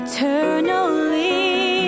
Eternally